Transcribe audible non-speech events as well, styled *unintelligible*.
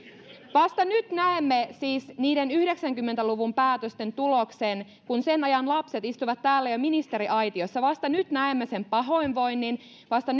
vasta nyt näemme siis niiden yhdeksänkymmentä luvun päätösten tuloksen kun sen ajan lapset istuvat täällä jo ministeriaitiossa vasta nyt näemme sen pahoinvoinnin vasta *unintelligible*